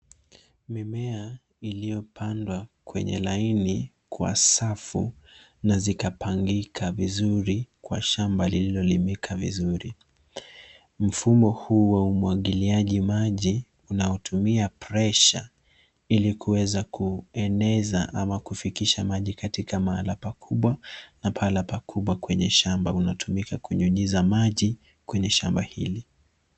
Mimea iliyopandwa kwenye laini kwa safu na zikapangika vizuri kwa shamba lililolimika vizuri. Mfumo huu wa umwagiliaji maji unaotumia presha ili kuweza kueneza ama kufikisha maji katika mahala pakubwa na pahala pakubwa kwenye shamba unatumika kunyunyiza maji kwenye shamba hili.